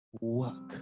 work